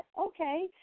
okay